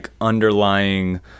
underlying